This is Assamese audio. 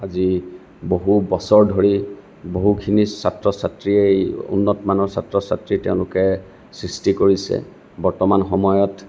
আজি বহুবছৰ ধৰি বহুখিনি ছাত্ৰ ছাত্ৰীয়ে উন্নতমানৰ ছাত্ৰ ছাত্ৰী তেওঁলোকে সৃষ্টি কৰিছে বৰ্তমান সময়ত